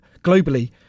globally